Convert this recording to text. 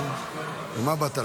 אני לא מבין מה היה פה.